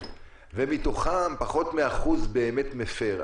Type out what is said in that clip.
ומתוכם פחות מ-1% באמת מפר,